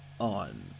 on